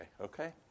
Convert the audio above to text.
Okay